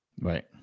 Right